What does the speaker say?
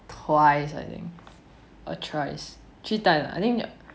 twice I think or thrice three times lah I think